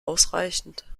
ausreichend